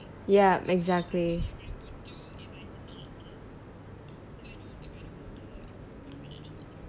yup exactly